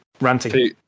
Ranting